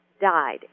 died